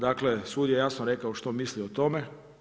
Dakle, sud je jasno rekao što misli o tome.